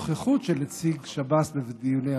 חברים אחרים הם שופט,